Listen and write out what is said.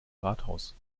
rathaus